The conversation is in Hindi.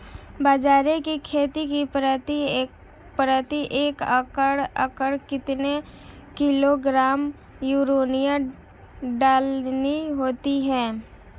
बाजरे की खेती में प्रति एकड़ कितने किलोग्राम यूरिया डालनी होती है?